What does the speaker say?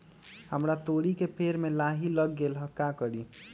हमरा तोरी के पेड़ में लाही लग गेल है का करी?